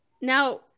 Now